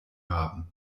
haben